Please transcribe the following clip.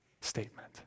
statement